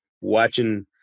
watching